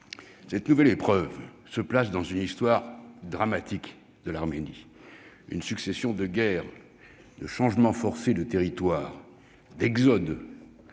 Cette nouvelle épreuve se place dans une histoire dramatique de l'Arménie, faite d'une succession de guerres, d'échanges forcés de territoires, d'exodes,